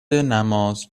نماز